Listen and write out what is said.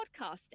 podcasting